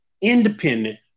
independent